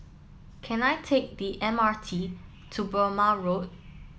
can I take the M R T to Burmah Road